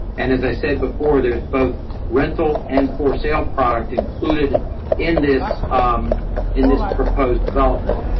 and as i said before, there's both rental and for sale product included in this um in this proposed development,